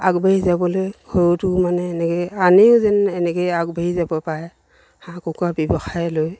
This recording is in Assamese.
আগবাঢ়ি যাবলৈ ঘৰতো মানে এনেকৈ আনেও যেন এনেকৈ আগবাঢ়ি যাব পাৰে হাঁহ কুকুৰা ব্যৱসায় লৈ